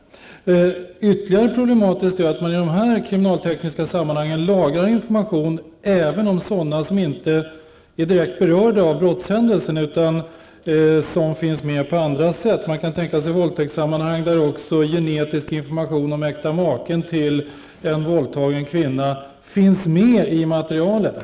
Ett ytterligare problem är att man i kriminaltekniska sammahang lagrar information även om sådana människor som inte är direkt berörda av brottshändelsen, utan finns med i sammanhanget på annat sätt. Man kan tänka sig våldtäktsfall där även genetisk information om äkta maken till en våldtagen kvinna finns med i materialet.